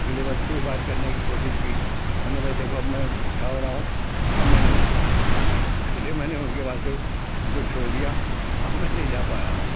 अगले वर्ष फ़िर बात करने की कोशिश की तो हमने भाई देखो अब मैं बुढ़ा हो रहा हूँ अब मैं नहीं जा पाऊँगा अगले महीने उनके वहाँ से उनको छोड़ दिया अब मैं नहीं जा पा रहा हूँ